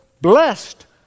blessed